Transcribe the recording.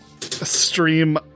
stream